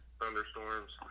thunderstorms